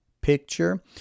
picture